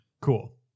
cool